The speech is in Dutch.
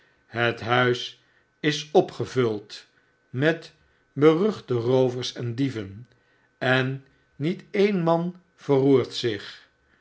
het huis is opgevuld met beruchte roovers en dieven en niet een man verroert zich